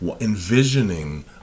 envisioning